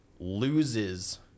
loses